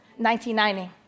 1990